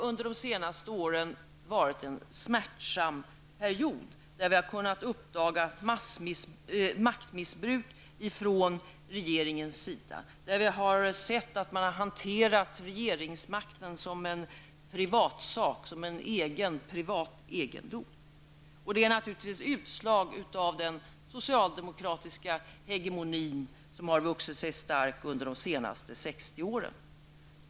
Under de senaste åren har det varit smärtsamt, eftersom vi har kunnat uppdaga maktmissbruk ifrån regeringspartiets sida och då vi har sett att regeringsmakten har hanterats som en privatsak, som privat egendom. Detta är naturligtvis utslag av den socialdemokratiska hegemonin, som har vuxit sig stark under de senaste 60 åren.